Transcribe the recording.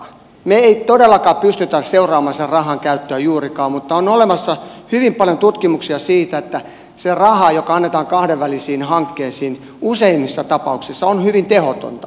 me emme todellakaan pysty seuraamaan sitä rahankäyttöä juurikaan mutta on olemassa hyvin paljon tutkimuksia siitä että se raha joka annetaan kahdenvälisiin hankkeisiin on useimmissa tapauksissa hyvin tehotonta